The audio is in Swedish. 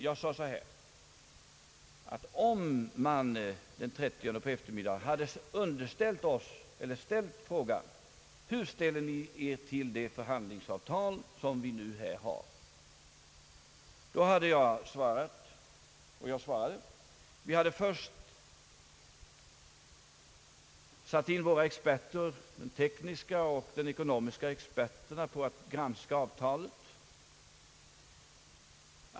Jag sade att om man den 30 på efter middagen hade ställt frågan hur vi ställde oss till det förhandlingsavtal som då förelåg så hade jag svarat att vi till att börja med hade satt in våra tekniska och ekonomiska experter på att granska avtalet.